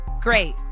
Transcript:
Great